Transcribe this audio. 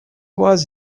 was